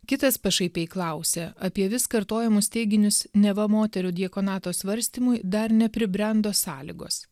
kitas pašaipiai klausia apie vis kartojamus teiginius neva moterų diakonato svarstymui dar nepribrendo sąlygos